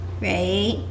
right